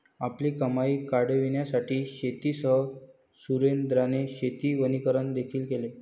आपली कमाई वाढविण्यासाठी शेतीसह सुरेंद्राने शेती वनीकरण देखील केले